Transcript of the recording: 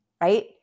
right